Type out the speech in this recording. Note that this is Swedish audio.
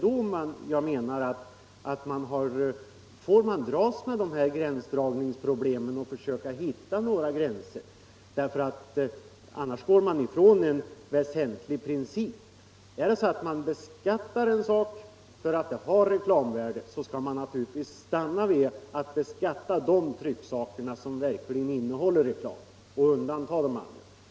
Jag anser att i det fallet får man dras med gränsdragningsproblemen och försöka hitta några gränser. Annars går man ifrån en väsentlig princip. Är det meningen att beskatta trycksaker som har reklamvärde, så skall vi naturligtvis stanna vid att beskatta sådant som verkligen innehåller reklam och undanta allt annat.